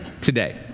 today